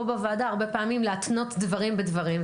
בוועדה הרבה פעמים להתנות דברים בדברים,